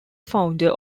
founder